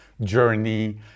journey